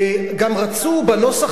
גם רצו בנוסח